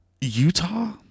utah